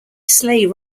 sleigh